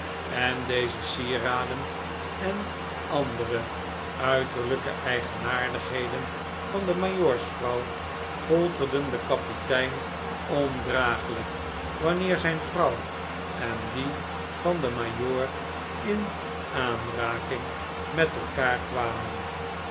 en deze sieraden en andere uiterlijke eigenaardigheden van de majoorsvrouw folterden den kapitein ondragelijk wanneer zijn vrouw en die van den majoor in aanraking met elkaar kwamen